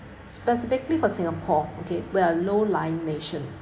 specifically for singapore okay we are low lying nation